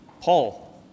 Paul